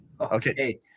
Okay